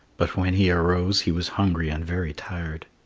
but when he arose he was hungry and very tired.